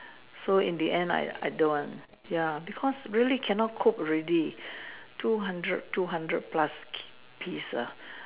so in the end I don't want ya because really can not cope already two hundred two hundred plus piece ah